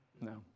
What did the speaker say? No